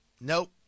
Nope